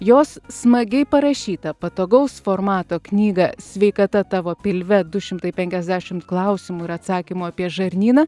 jos smagiai parašyta patogaus formato knyga sveikata tavo pilve du šimtai penkiasdešimt klausimų ir atsakymų apie žarnyną